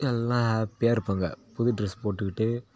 எல்லாம் ஹேப்பியாக இருப்பாங்கள் புது ட்ரெஸ் போட்டுக்கிட்டு